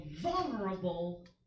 vulnerable